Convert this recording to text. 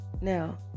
now